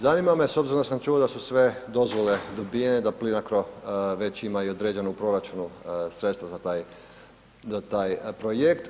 Zanima me s obzirom da sam čuo da su sve dozvole dobivene, da Plinacro već ima i određeno u proračunu sredstva za taj projekt.